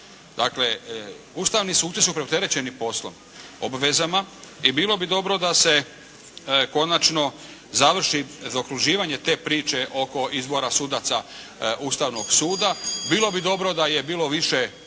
Dakle, ustavni suci su preopterećeni poslom, obvezama i bilo bi dobro da se konačno završi zaokruživanje te priče oko izbora sudaca Ustavnog suda. Bilo bi dobro da je bilo više dogovora